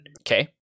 Okay